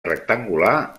rectangular